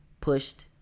pushed